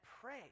pray